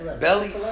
Belly